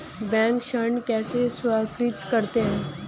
Bank ऋण कैसे स्वीकृत करते हैं?